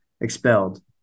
expelled